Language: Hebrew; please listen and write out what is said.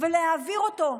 ולהעביר אותו,